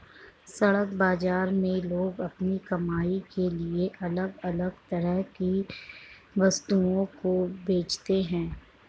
सड़क बाजार में लोग अपनी कमाई के लिए अलग अलग तरह की वस्तुओं को बेचते है